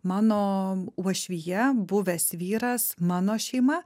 mano uošvija buvęs vyras mano šeima